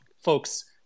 folks